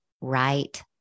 right